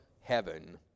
heaven